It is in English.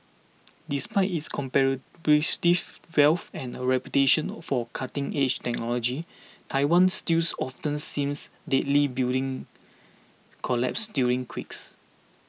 despite its comparative wealth and a reputation or for cutting edge technology Taiwan stills often sees delete building collapses during quakes